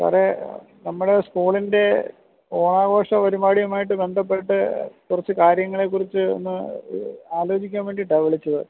സാറെ നമ്മുടെ സ്കൂളിൻ്റെ ഓണാഘോഷ പരിപാടിയുമായിട്ട് ബന്ധപ്പെട്ട് കുറച്ച് കാര്യങ്ങളെക്കുറിച്ച് ഒന്ന് ആലോചിക്കാൻ വേണ്ടീട്ടാണ് വിളിച്ചത്